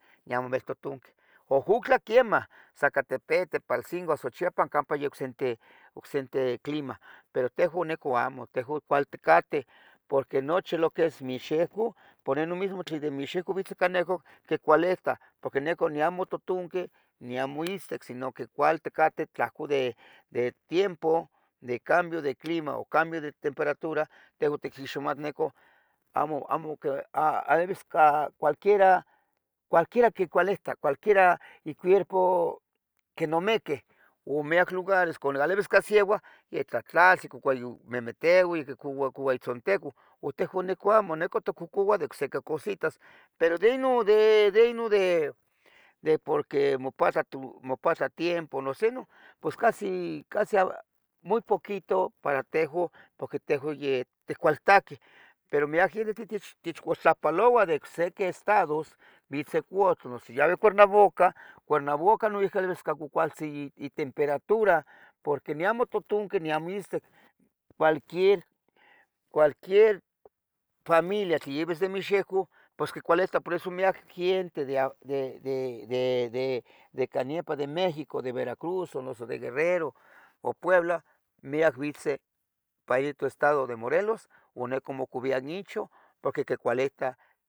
dion amo vel totunqui, Jujutla quemah, Zacatepec, Tepaltzingo, Azuchiapan campa yocsente, yocsente clima. Pero tejun nican amo, tehuan nican cuali ticateh, porque nochi lo que es mixehcoh, por enon mismo tlen de mixehco cuanehco, quecualeta porqui nican ni amo totunqui ni amo itztic, sino cuali ticateh tlahco de tiempo de cambio de clima o cambio de temperatura tehuan tiquixmatneco amo alevis, cualquiera, cualquiera que cualihta, cualquiera icuierpo quenomiquih o miyac lugares como lalevis casieua yeh tlatlasi, quicocoua memehteua, quicocoua itzonticon, uan tejuan nican amoh, nican quincocoua de ocsiqui cositas. pero de Inon, de Inon de porque mopatla tiempo noso inoh, pos casi muy poquito para tejun porque tejuan yotcualitaqueh, pero miyac gente tlen techcohtlahpaloua de ocsequi estados vitzeh Cuahu, noso yaueh Cuernovaca, Cuernovaca noyiuqui cuacualtzin itemperatura, porque ni amo totunqui dion ni amo itztic, cualquier familia de mixehco pus quicualita, por eso miyac giente de can nepa de México, de Veracruz noso de Guerrero o Puebla miyac vitzeh ipan into Estado de Morelos o ne quimocoviah nichan porque quicualihtah